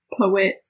poet